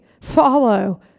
follow